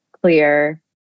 clear